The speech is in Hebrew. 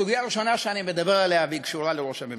הסוגיה הראשונה שאני מדבר עליה והיא קשורה לראש הממשלה,